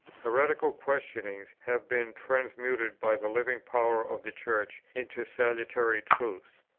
heretical questionings have been transmuted by the living power of the church into salutary truths.